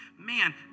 man